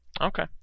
Okay